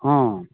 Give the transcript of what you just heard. অঁ